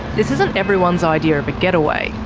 this isn't everyone's idea of a getaway,